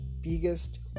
biggest